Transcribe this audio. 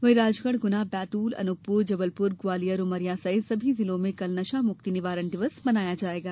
वहीं राजगढ़ गुना बैतूल अनूपपुर जबलपुर ग्वालियर उमरिया सहित सभी जिलों में कल नशामुक्ति निवारण दिवस मनाया जाएगा